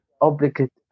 obligate